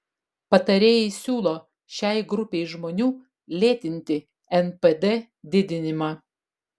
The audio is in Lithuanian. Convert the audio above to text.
patarėjai siūlo šiai grupei žmonių lėtinti npd didinimą